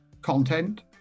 content